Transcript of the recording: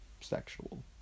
sexual